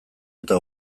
eta